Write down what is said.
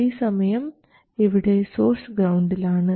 അതേസമയം ഇവിടെ സോഴ്സ് ഗ്രൌണ്ടിലാണ്